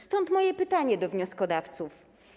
Stąd moje pytanie do wnioskodawców.